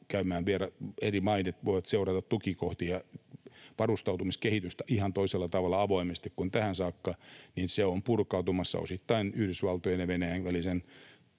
eri maat ovat voineet seurata tukikohtia, varustautumiskehitystä ihan toisella tavalla avoimesti tähän saakka — on purkautumassa osittain Yhdysvaltojen ja Venäjän välisen